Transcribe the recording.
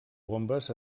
bombes